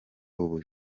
ubu